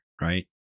Right